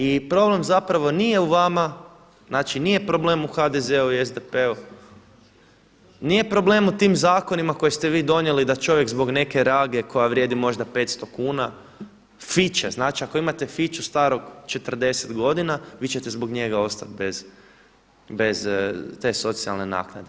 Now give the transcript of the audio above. I problem zapravo nije u vama, znači nije problem u HDZ-u i SDP-u, nije problem u tim zakonima koje ste vi donijeli da čovjek zbog neke rage koja vrijedi možda 500 kuna, fiće, znači ako imate fiću starog 40 godina, vi ćete zbog njega ostati bez te socijalne naknade.